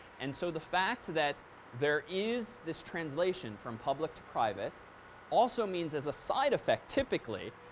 and so the fact that there is this translation from public to private also means as a side effect, typically,